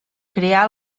crear